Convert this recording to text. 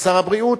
כשר הבריאות,